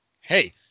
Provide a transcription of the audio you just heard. Hey